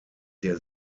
der